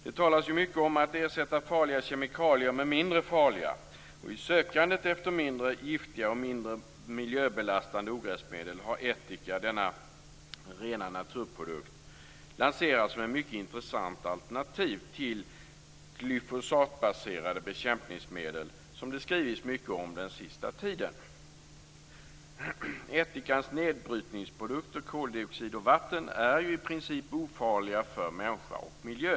Det talas ju mycket om att ersätta farliga kemikalier med mindre farliga. I sökandet efter mindre giftiga och miljöbelastande ogräsmedel har ättika, denna rena naturprodukt, lanserats som ett mycket intressant alternativ till glyfosatbaserade bekämpningsmedel som det skrivits mycket om den sista tiden. Ättikans nedbrytningsprodukter koldioxid och vatten är ju i princip ofarliga för människa och miljö.